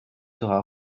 sera